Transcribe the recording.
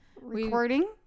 recording